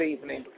evening